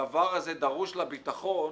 הדבר הזה דרוש לביטחון,